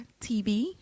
tv